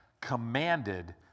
commanded